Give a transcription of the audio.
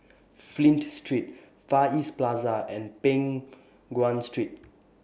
Flint Street Far East Plaza and Peng Nguan Street